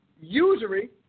usury